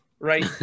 right